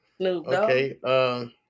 Okay